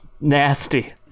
nasty